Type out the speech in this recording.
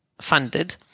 funded